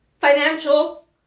financial